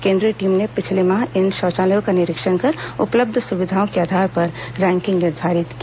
केंद्रीय टीम ने पिछले माह इन शौचालयों का निरीक्षण कर उपलब्ध सुविधाओं के आधार पर रैंकिंग निर्धारित की